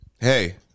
Hey